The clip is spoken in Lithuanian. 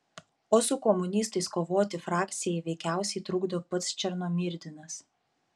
o su komunistais kovoti frakcijai veikiausiai trukdo pats černomyrdinas